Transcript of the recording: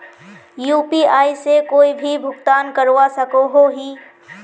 UPI से कोई भी भुगतान करवा सकोहो ही?